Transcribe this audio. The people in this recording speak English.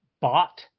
bought